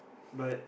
but